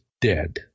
dead